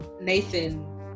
Nathan